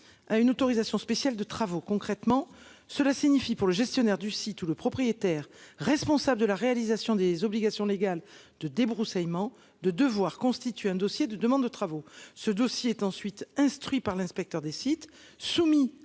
à une autorisation spéciale de travaux. Concrètement cela signifie pour le gestionnaire du site où le propriétaire, responsable de la réalisation des obligations légales de débroussaillement de devoir constituer un dossier de demande de travaux, ce dossier est ensuite instruit par l'inspecteur des sites soumis